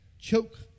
choke